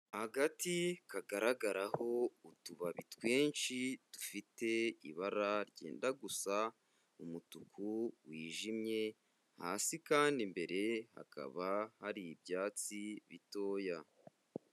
Agati kagaragaraho utubabi twinshi dufite ibara ryenda gusa umutuku wijimye, hasi kandi imbere hakaba hari ibyatsi bitoya.